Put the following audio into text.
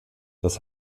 das